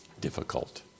difficult